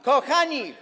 Kochani!